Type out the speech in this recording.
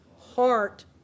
heart